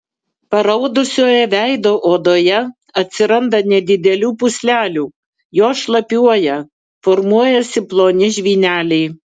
paraudusioje veido odoje atsiranda nedidelių pūslelių jos šlapiuoja formuojasi ploni žvyneliai